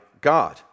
God